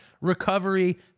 recovery